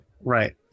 right